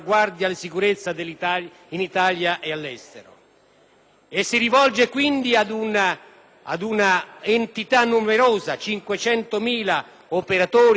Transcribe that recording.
si rivolge ad un'entità numerosa, ai 500.000 operatori del comparto difesa e sicurezza e alle loro famiglie.